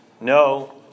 No